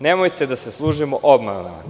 Nemojte da se služimo obmanama.